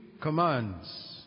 commands